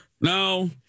No